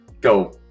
go